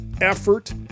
effort